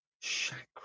chakra